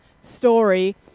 story